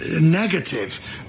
negative